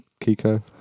Kiko